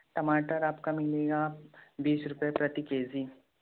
टमाटर आपका मिलेगा बीस रूपए प्रति के जी